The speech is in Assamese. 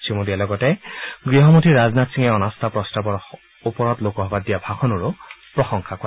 শ্ৰীমোদীয়ে লগতে গৃহমন্ত্ৰী ৰাজনাথ সিঙে অনাস্থা প্ৰস্তাৱৰ ওপৰত লোকসভাত দিয়া ভাষণৰো প্ৰশংসা কৰে